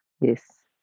yes